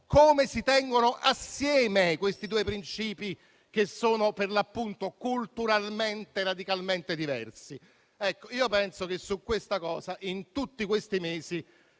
come si tengono assieme questi due principi che sono culturalmente radicalmente diversi? Io penso che su questo, in tutti questi mesi,